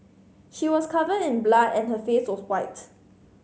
she was covered in blood and her face was white